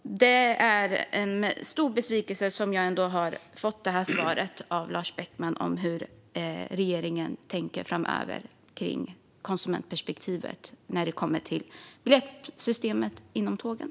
Det är med stor besvikelse som jag fick Lars Beckmans svar om hur regeringen tänker framöver kring konsumentperspektivet när det kommer till biljettsystemet på tågen.